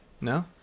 No